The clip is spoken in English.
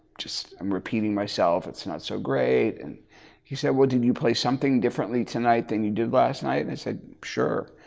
i'm repeating myself, it's not so great. and he said well, did you play something differently tonight than you did last night? and i said sure.